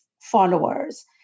followers